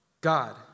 God